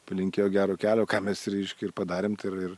palinkėjo gero kelio ką mes reiškia ir padarėm tai ir